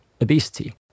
obesity